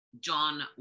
John